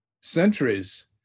centuries